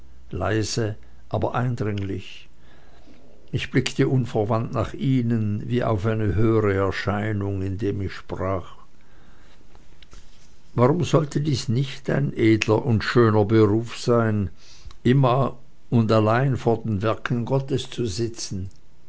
leise aber eindringlich ich blickte unverwandt nach ihnen wie auf eine höhere erscheinung indem ich sprach warum sollte dies nicht ein edler und schöner beruf sein immer und allein vor den werken gottes zu sitzen